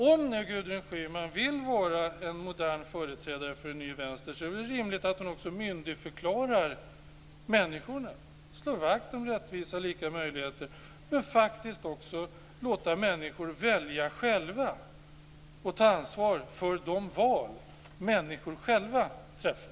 Om nu Gudrun Schyman vill vara en modern företrädare för en ny vänster är det väl rimligt att hon också myndigförklarar människorna, slår vakt om rättvisa och lika möjligheter men faktiskt också låter människor välja själva och ta ansvar för de val de själva träffar.